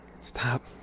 Stop